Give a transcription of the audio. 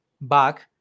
back